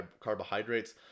carbohydrates